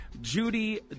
Judy